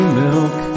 milk